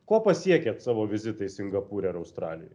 ko pasiekėt savo vizitais singapūre ir australijoj